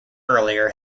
earlier